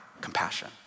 compassion